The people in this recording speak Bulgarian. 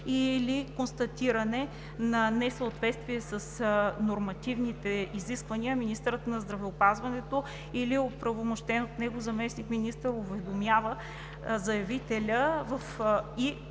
или констатиране на несъответствие с нормативните изисквания, министърът на здравеопазването или оправомощен от него заместник-министър уведомява заявителя и